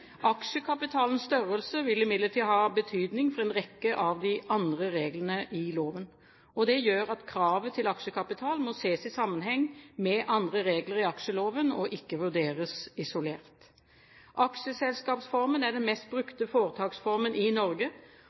Aksjekapitalens størrelse vil imidlertid ha betydning for en rekke av de andre reglene i loven. Det gjør at kravet til aksjekapital må ses i sammenheng med andre regler i aksjeloven og ikke vurderes isolert. Aksjeselskapsformen er den mest brukte foretaksformen i Norge,